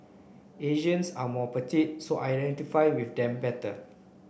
Asians are more petite so I identify with them better